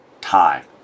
time